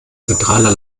zentraler